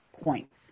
points